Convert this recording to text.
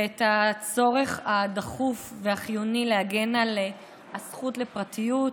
והצורך הדחוף והחיוני להגן על הזכות לפרטיות,